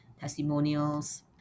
Testimonials